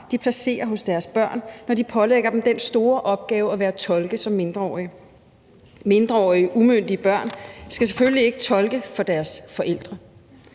de placerer hos deres børn, når de pålægger dem den store opgave at være tolke som mindreårige. Mindreårige umyndige børn skal selvfølgelig ikke tolke for deres forældre.